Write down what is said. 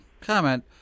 comment